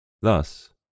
Thus